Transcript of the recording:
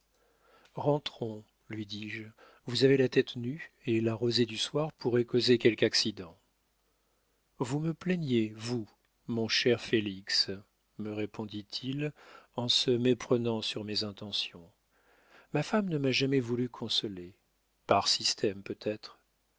rentrons lui dis-je vous avez la tête nue et la rosée du soir pourrait causer quelque accident vous me plaigniez vous mon cher félix me répondit-il en se méprenant sur mes intentions ma femme ne m'a jamais voulu consoler par système peut-être